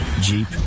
Jeep